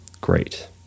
great